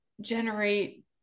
generate